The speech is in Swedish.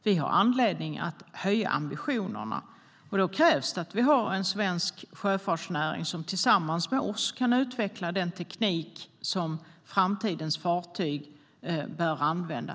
Vi har anledning att höja ambitionerna, men då krävs det att vi har en svensk sjöfartsnäring som tillsammans med oss kan utveckla den teknik framtidens fartyg bör använda.